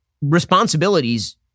responsibilities